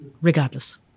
regardless